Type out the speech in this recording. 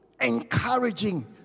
encouraging